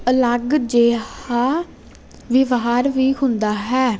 ਅਲੱਗ ਜਿਹਾ ਵਿਵਹਾਰ ਵੀ ਹੁੰਦਾ ਹੈ